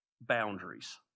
boundaries